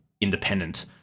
independent